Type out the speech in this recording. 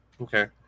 Okay